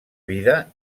vida